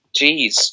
Jeez